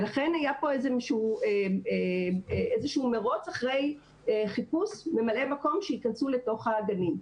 ולכן היה פה איזשהו מרוץ אחרי חיפוש ממלאי מקום שיכנסו לתוך הגנים.